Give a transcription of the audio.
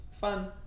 fun